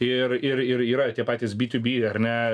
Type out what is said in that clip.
ir ir ir yra tie patys by tiu by ar ne